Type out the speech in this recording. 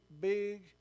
big